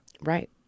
Right